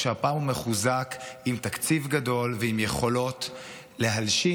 רק שהפעם הוא מחוזק עם תקציב גדול ועם יכולות להלשין,